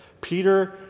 Peter